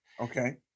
Okay